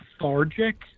lethargic